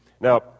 Now